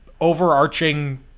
overarching